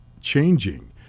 changing